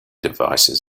devices